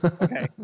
Okay